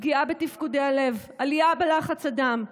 פגיעה בתפקודי הלב, עלייה בלחץ הדם,